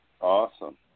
Awesome